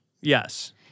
Yes